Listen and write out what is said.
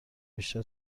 بیشتر